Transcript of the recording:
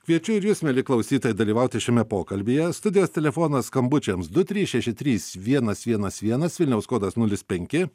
kviečiu ir jus mieli klausytojai dalyvauti šiame pokalbyje studijos telefonas skambučiams du trys šeši trys vienas vienas vienas vilniaus kodas nulis penki